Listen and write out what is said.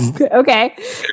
Okay